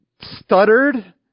stuttered